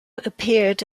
appeared